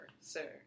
sir